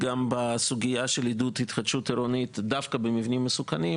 גם בסוגיה של עידוד התחדשות עירונית דווקא במבנים מסוכנים,